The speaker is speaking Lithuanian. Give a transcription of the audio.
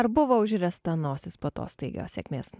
ar buvo užriesta nosis po tos staigios sėkmės